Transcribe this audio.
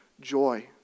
joy